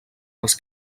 els